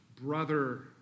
brother